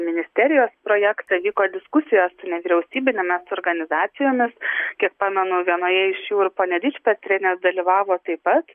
ministerijos projektą vyko diskusijos su nevyriausybinėmis organizacijomis kiek pamenu vienoje iš jų ir ponia dičpetrienė dalyvavo taip pat